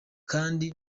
kandi